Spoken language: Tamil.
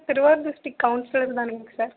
திருவாரூர் டிஸ்ட்ரிக்ட் கவுன்சிலர் தானேங்க சார்